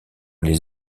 les